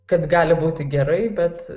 kad gali būti gerai bet